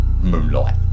moonlight